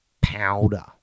powder